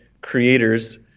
creators